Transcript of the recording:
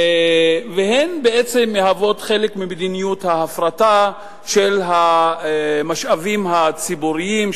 הן בעצם מהוות חלק ממדיניות ההפרטה של המשאבים הציבוריים,